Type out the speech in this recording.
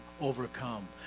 overcome